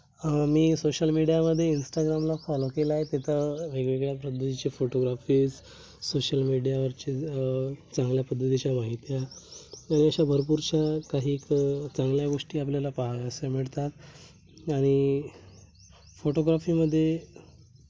मी social मीडियामध्ये इंस्टाग्रामला follow केला आहे तिथं वेगवेगळ्या पद्धतीचे फोटोग्राफीज सोशल मीडियावरचे चांगल्या पद्धतीच्या माहित्या आणि अशा भरपूरशा काहीक चांगल्या गोष्टी आपल्याला पाहायास मिळतात आणि फोटोग्राफीमध्ये